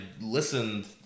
listened